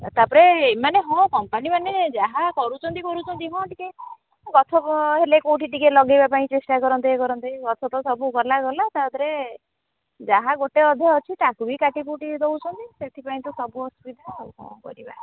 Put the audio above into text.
ତା'ପରେ ଏମାନେ ହଁ କମ୍ପାନୀ ମାନେ ଯାହା କରୁଛନ୍ତି କରୁଛନ୍ତି ହଁ ଟିକିଏ ଗଛ ହେଲେ କୋଉଠି ଟିକେ ଲଗେଇବା ପାଇଁ ଚେଷ୍ଟା କରନ୍ତେ କରନ୍ତେ ଗଛ ତ ସବୁ ଗଲା ଗଲା ତା'ରେ ଯାହା ଗୋଟେ ଅଧା ଅଛି ତାକୁ ବି କାଟିକୁଟି ଦଉଛନ୍ତି ସେଥିପାଇଁ ତ ସବୁ ଅସୁବିଧା ଆଉ କ'ଣ କରିବା